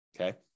Okay